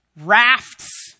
rafts